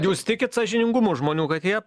jūs tikit sąžiningumu žmonių kad jie